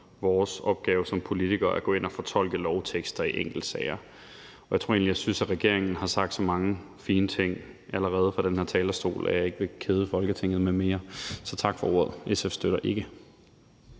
vores opgave som politikere at gå ind og fortolke lovtekster i enkeltsager. Jeg tror egentlig, jeg synes, at regeringen har sagt så mange fine ting allerede fra den her talerstol, at jeg ikke vil kede Folketinget med mere, så tak for ordet. SF støtter ikke.